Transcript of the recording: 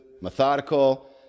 methodical